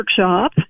Workshop